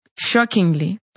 Shockingly